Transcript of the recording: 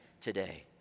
today